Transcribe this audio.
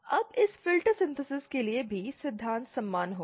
अब इस filter synthesis के लिए भी सिद्धांत समान होगा